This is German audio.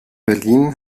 berlin